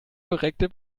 korrekte